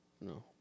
No